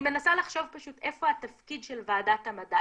אני מנסה לחשוב פשוט איפה התפקיד של ועדת המדע,